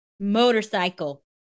Motorcycle